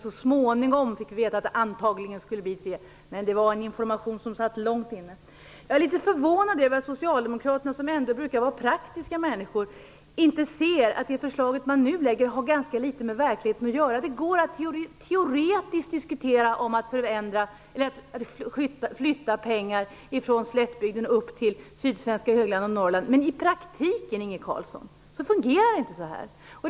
Så småningom fick vi veta att det antagligen skulle bli tre, men det var en information som satt långt inne. Jag är litet förvånad över att socialdemokraterna, som ändå brukar vara praktiska människor, inte ser att det förslag man nu lägger fram har ganska litet med verkligheten att göra. Det går att teoretiskt diskutera om att flytta pengar från slättbygderna upp till sydsvenska höglandet och Norrland. Men i praktiken fungerar det inte så, Inge Carlsson.